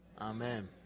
amen